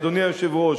אדוני היושב-ראש,